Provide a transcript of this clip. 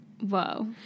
Whoa